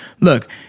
Look